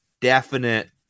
Definite